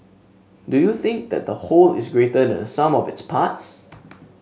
do you think that the whole is greater than sum of its parts